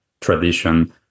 tradition